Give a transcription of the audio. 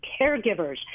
caregivers